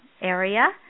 area